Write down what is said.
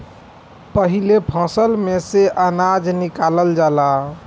पाहिले फसल में से अनाज निकालल जाला